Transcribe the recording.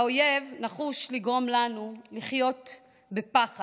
האויב נחוש לגרום לנו לחיות בפחד.